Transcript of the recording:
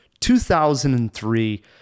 2003